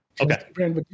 Okay